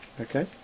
Okay